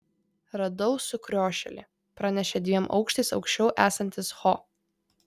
radau sukriošėlį pranešė dviem aukštais aukščiau esantis ho